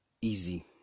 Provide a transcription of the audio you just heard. easy